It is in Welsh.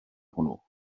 hwnnw